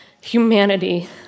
humanity